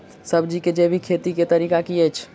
सब्जी केँ जैविक खेती कऽ तरीका की अछि?